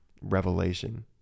revelation